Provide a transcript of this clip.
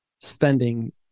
spending